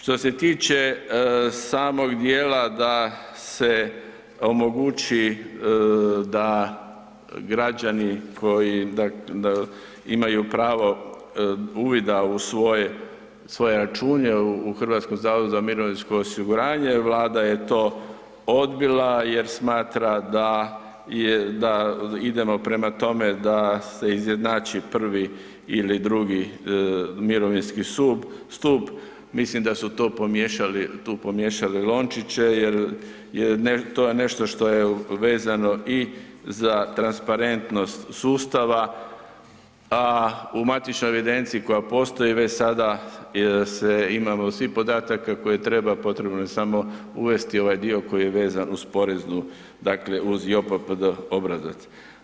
Što se tiče samog dijela da se omogući da građani koji imaju pravo uvida u svoj račun jer u HZMO-u, Vlada je to odbila jer smatra da idemo prema tome da se izjednači prvi ili drugi mirovinski stup, mislim da su tu pomiješali lončiće jer to je nešto što je vezano i za transparentnost sustava, a u matičnoj evidenciji koja postoji već sada se imamo svih podataka koje treba, potrebno je samo uvesti ovaj dio koji je vezan uz poreznu, dakle uz JOPPD obrazac.